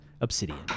Obsidian